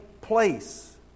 place